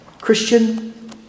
Christian